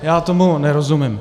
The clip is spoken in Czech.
Já tomu nerozumím.